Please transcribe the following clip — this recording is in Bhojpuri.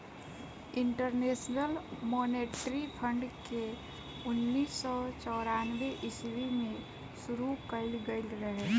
इंटरनेशनल मॉनेटरी फंड के उन्नीस सौ चौरानवे ईस्वी में शुरू कईल गईल रहे